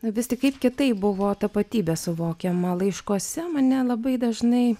vis tik kaip kitaip buvo tapatybė suvokiama laiškuose mane labai dažnai